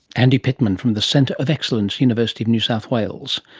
andy pitman from the centre of excellence, university of new south wales.